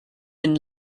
been